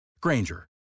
Granger